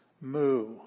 Moo